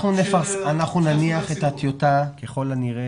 אנחנו נניח את הטיוטה ככל הנראה,